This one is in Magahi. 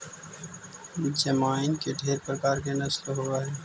जमाइन के ढेर प्रकार के नस्ल होब हई